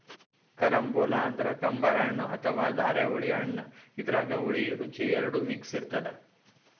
carambola ಅಂದ್ರ ಕಂಬರ್ ಹಣ್ಣ್ ಅಥವಾ ಧಾರೆಹುಳಿ ಹಣ್ಣ್ ಇದ್ರಾಗ್ ಹುಳಿ ರುಚಿ ಎರಡು ಮಿಕ್ಸ್ ಇರ್ತದ್